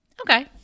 okay